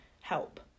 help